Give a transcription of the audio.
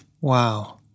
Wow